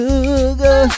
Sugar